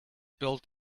built